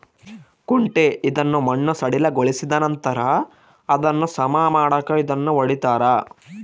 ಕುಂಟೆ ಇದನ್ನು ಮಣ್ಣು ಸಡಿಲಗೊಳಿಸಿದನಂತರ ಅದನ್ನು ಸಮ ಮಾಡಾಕ ಇದನ್ನು ಹೊಡಿತಾರ